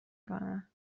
کنه